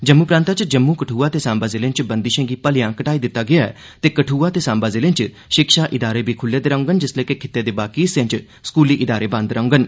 जम्मू प्रांता च जम्मू कठुआ ते सांबा जिलें च बंदिशें गी भलेआं घटाई दित्ता गेआ ऐ ते कठुआ ते सांबा जिले च शिक्षा इदारे बी खुल्ले दे रौह्डन जिसलै के खित्ते दे बाकी हिस्सें च स्कूली इदारे बंद रौह्डन